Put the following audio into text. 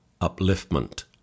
Upliftment